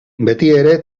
betiere